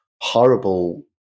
horrible